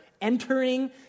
entering